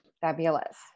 Fabulous